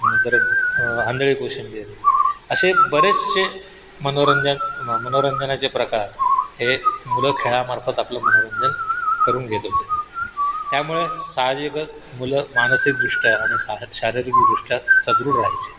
नंतर आंधळी कोशिंबीर असे बरेचसे मनोरंजन मनोरंजनाचे प्रकार हे मुलं खेळामार्फत आपापलं मनोरंजन करून घेत होते त्यामुळे साहजिकच मुलं मानसिकदृष्ट्या आणि साह शारीरिकदृष्ट्या सदृढ राहायचे